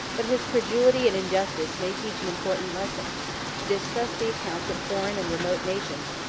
but his credulity and injustice may teach an important lesson to distrust the accounts of foreign and remote nations,